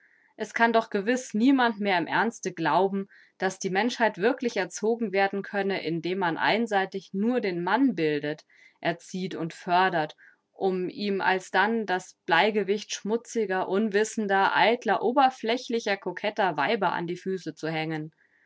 es kann doch gewiß niemand mehr im ernste glauben daß die menschheit wirklich erzogen werden könne indem man einseitig nur den mann bildet erzieht und fördert um ihm alsdann das bleigewicht schmutziger unwissender eitler oberflächlicher koketter weiber an die füße zu hängen